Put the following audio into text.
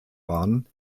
waren